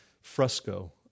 fresco